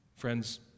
Friends